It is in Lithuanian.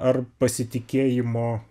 ar pasitikėjimo